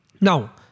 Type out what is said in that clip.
Now